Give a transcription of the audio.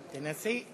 תנסי.